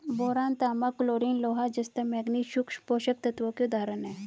boron, तांबा, chlorine, लोहा, जस्ता, मैंगनीज सूक्ष्म पोषक तत्वों के उदाहरण हैं